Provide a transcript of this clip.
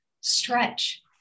stretch